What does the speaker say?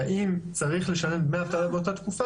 האם צריך לשלם דמי אבטלה באותה תקופה,